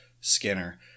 Skinner